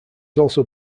also